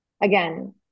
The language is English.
again